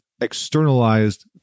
externalized